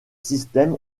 systèmes